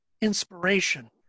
inspiration